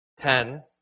ten